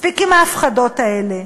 מספיק עם ההפחדות האלה.